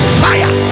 fire